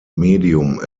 medium